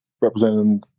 representing